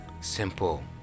Simple